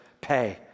pay